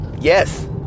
Yes